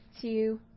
two